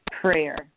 prayer